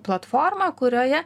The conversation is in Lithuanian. platformą kurioje